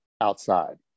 outside